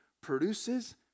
produces